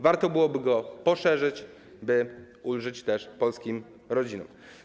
Warto byłoby go poszerzyć, by ulżyć polskim rodzinom.